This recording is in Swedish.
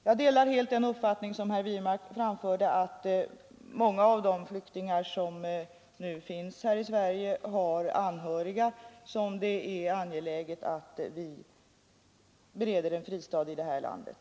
Jag delar helt den uppfattning som herr Wirmark framförde, nämligen att många av de flyktingar som nu finns i Sverige har anhöriga som det är angeläget att vi bereder en fristad här i landet.